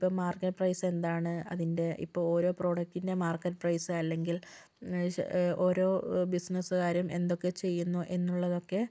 ഇപ്പോൾ market price എന്താണ് അതിൻ്റെ ഇപ്പോൾ ഓരോ പ്രോഡക്ടിൻ്റെ മാർക്കറ്റ് പ്രൈസ് അല്ലെങ്കിൽ ഓരോ ബിസിനസുകാരും എന്തൊക്കെ ചെയ്യുന്നു എന്നുള്ളതൊക്കെ